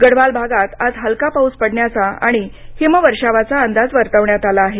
गढवाल भागात आज हलका पाऊस पडण्याचा आणि हिमवर्षावाचा अंदाज वर्तवण्यात आला आहे